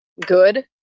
good